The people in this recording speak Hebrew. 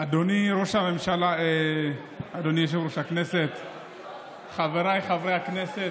אדוני יושב-ראש הישיבה, חבריי חברי הכנסת,